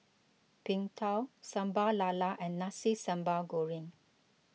Png Tao Sambal Lala and Nasi Sambal Goreng